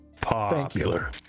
popular